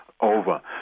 over